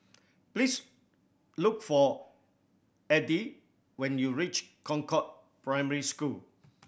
please look for Edythe when you reach Concord Primary School